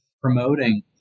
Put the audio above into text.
promoting